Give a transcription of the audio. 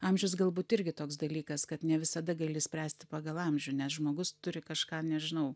amžius galbūt irgi toks dalykas kad ne visada gali spręsti pagal amžių nes žmogus turi kažką nežinau